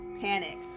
panic